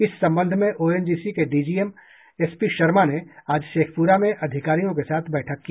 इस सम्बन्ध में ओएनजीसी के डीजीएम एसपी शर्मा ने आज शेखपुरा में अधिकारियो के साथ बैठक की